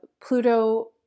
Pluto